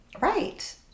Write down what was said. Right